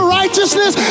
righteousness